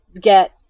get